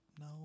no